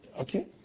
Okay